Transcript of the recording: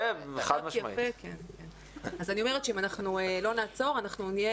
אז אני אומרת, שאם אנחנו לא נעצור אנחנו נהיה